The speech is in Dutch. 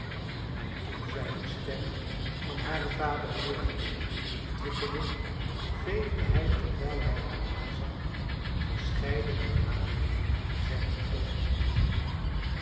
en toen zij de stem van haren vader hoorende heentrippelde veegde hij terwijl hij haar nazag verscheidene malen zijne oogen af